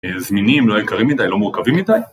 זמינים לא יקרים מדי, לא מורכבים מדי.